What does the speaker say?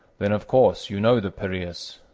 then, of course, you know the piraeus,